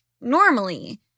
normally